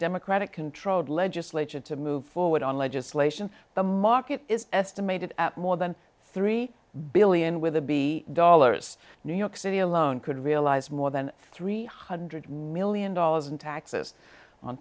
democratic controlled legislature to move forward on legislation the market is estimated at more than three billion with a b dollars new york city alone could realize more than three hundred million dollars in taxes on